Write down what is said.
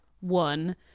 one